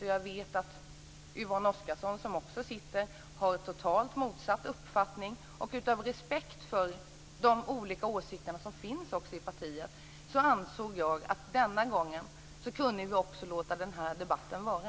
Men jag vet att Yvonne Oscarsson har en totalt motsatt uppfattning. Av respekt för de olika åsikter som finns i partiet ansåg jag att vi denna gång kunde låta den här debatten vara.